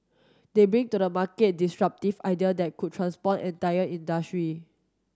they bring to the market disruptive idea that could transform entire industry